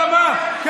למה?